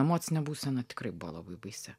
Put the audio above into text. emocinė būsena tikrai buvo labai baisi